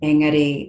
Engari